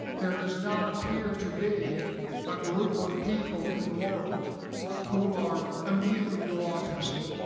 there does not appear to be a group of people in the world who are immune to autism.